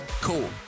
Cool